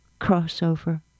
crossover